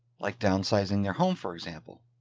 like downsizing their home. for example.